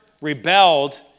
rebelled